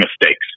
mistakes